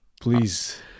please